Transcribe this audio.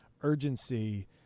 urgency